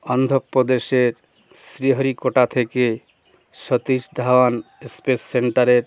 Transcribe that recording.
অন্ধ্রপ্রদেশের শ্রীহরিকোটা থেকে সতীশ ধাওয়ান স্পেস সেন্টারে